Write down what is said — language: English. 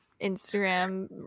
Instagram